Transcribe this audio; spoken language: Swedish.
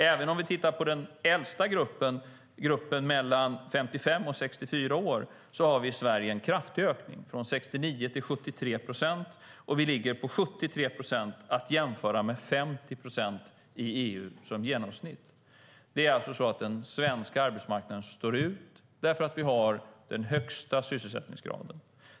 Även i den äldsta gruppen, gruppen mellan 55 och 64 år, ser vi i Sverige en kraftig ökning från 69 till 73 procent, och vi ligger på 73 procent, att jämföra med 50 procent, som är genomsnittet i EU. Den svenska arbetsmarknaden står alltså ut, därför att vi har den högsta sysselsättningsgraden.